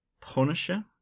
Punisher